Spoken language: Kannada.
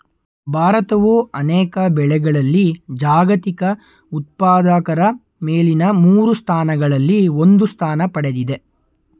ಭಾರತವು ಅನೇಕ ಬೆಳೆಗಳಲ್ಲಿ ಜಾಗತಿಕ ಉತ್ಪಾದಕರ ಮೇಲಿನ ಮೂರು ಸ್ಥಾನಗಳಲ್ಲಿ ಒಂದು ಸ್ಥಾನ ಪಡೆದಿದೆ